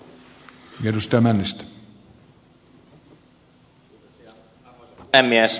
arvoisa puhemies